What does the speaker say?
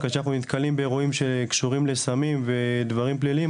כשאנחנו נתקלים באירועים שקשורים לסמים ודברים פליליים,